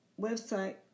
website